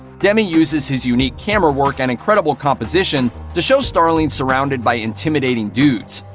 demme uses his unique camerawork and incredible composition to show starling surrounded by intimidating dudes,